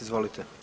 Izvolite.